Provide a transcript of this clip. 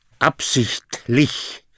absichtlich